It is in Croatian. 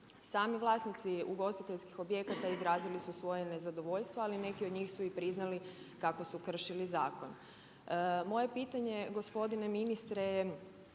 Sami vlasnici ugostiteljskih objekata izrazili su svoje nezadovoljstvo ali neki od njih su i priznali kako su kršili zakon. Moje pitanje gospodine ministre